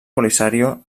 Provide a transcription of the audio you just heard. polisario